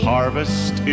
Harvest